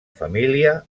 família